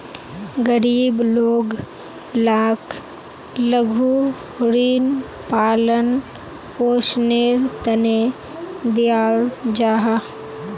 गरीब लोग लाक लघु ऋण पालन पोषनेर तने दियाल जाहा